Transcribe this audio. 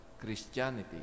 Christianity